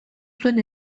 zuen